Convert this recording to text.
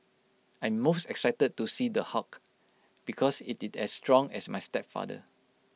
I'm most excited to see the Hulk because IT is as strong as my stepfather